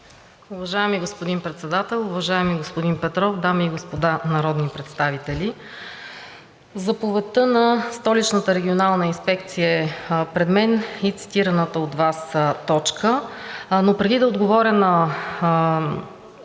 Уважаеми господин Председател, уважаеми господин Петров, дами и господа народни представители! Заповедта на Столичната регионална инспекция е пред мен и цитираната от Вас точка. Но преди да отговоря на